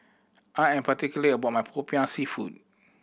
I am particular about my Popiah Seafood